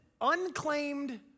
unclaimed